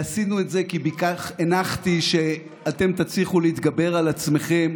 עשינו את זה כי הנחתי שאתם תצליחו להתגבר על עצמכם